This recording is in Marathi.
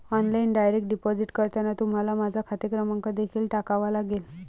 ऑनलाइन डायरेक्ट डिपॉझिट करताना तुम्हाला माझा खाते क्रमांक देखील टाकावा लागेल